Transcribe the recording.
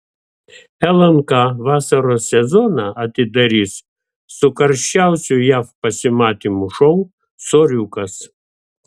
lnk vasaros sezoną atidarys su karščiausiu jav pasimatymų šou soriukas